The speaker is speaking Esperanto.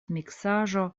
miksaĵo